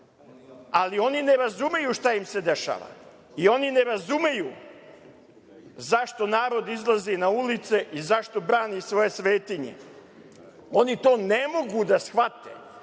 Ali, oni ne razumeju šta im se dešava. Oni ne razumeju zašto narod izlazi na ulice i zašto brani svoje svetinje. Oni to ne mogu da shvate,